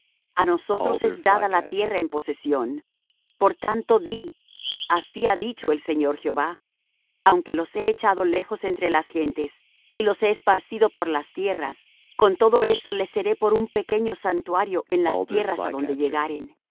á nosotros es dada la tierra en posesión por tanto di así ha dicho el señor jehová aunque los he echado lejos entre las gentes y los he esparcido por las tierras con todo eso les seré por un pequeño santuario en las tierras á donde llegaren di